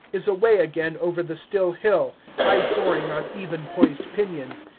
is away again over the still hill, high soaring on even-poised pinions,